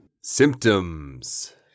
Symptoms